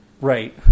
Right